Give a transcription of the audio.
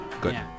good